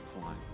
climb